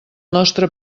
nostre